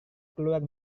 keluar